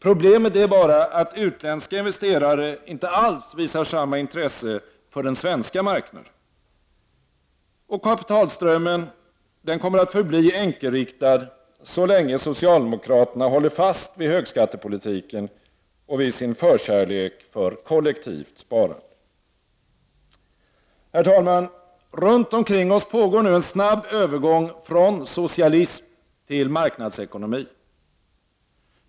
Problemet är bara att utländska investerare inte visar samma intresse för den svenska marknaden. Kapitalströmmen kommer att förbli enkelriktad, så länge socialdemokraterna håller fast vid högskattepolitiken och vid sin förkärlek för kollektivt sparande. Herr talman! Runt omkring oss pågår en snabb övergång från socialism till marknadsekonomi.